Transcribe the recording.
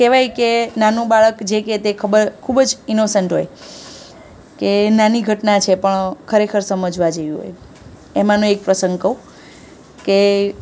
કહેવાય કે નાનું બાળક જે કે તે ખૂબ જ ઈનોસેન્ટ હોય કે નાની ઘટના છે પણ ખરેખર સમજવા જેવી હોય એમાંનો એક પ્રસંગ કહું કે